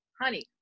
honey